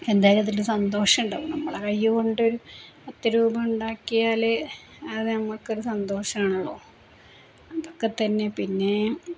എന്തായാലും അതിന്റെ സന്തോഷമുണ്ടാവും നമ്മളെ കൈകൊണ്ട് ഒരു പത്തു രൂപ ഉണ്ടാക്കിയാല് അതു നമ്മള്ക്കൊരു സന്തോഷമാണല്ലോ അതൊക്കെ തന്നെ പിന്നെ